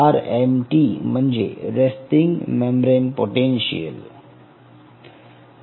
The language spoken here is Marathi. आर एम टी म्हणजे रेस्तींग मेम्ब्रेन पोटेन्शियल